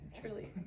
truly